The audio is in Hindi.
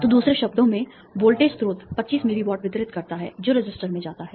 तो दूसरे शब्दों में वोल्टेज स्रोत 25 मिली वाट वितरित करता है जो रेसिस्टर में जाता है